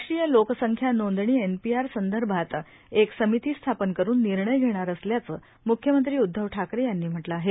राष्ट्रीय लोकसंख्या नोंदणी एनपीआर संदर्भात एक समिती स्थापन करून निर्णय घेणार असल्याचं मुख्यमंत्री उद्धव ठाकरे यांनी म्हटलं आहे